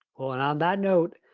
on um that note,